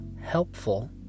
helpful